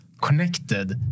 connected